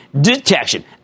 detection